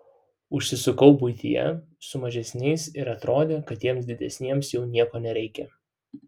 užsisukau buityje su mažesniaisiais ir atrodė kad tiems didesniems jau nieko nereikia